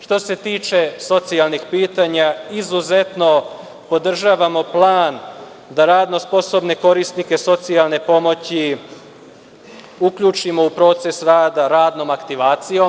Što se tiče socijalnih pitanja, izuzetno podržavamo plan da radno sposobne korisnike socijalne pomoći uključimo u proces rada radnom aktivacijom.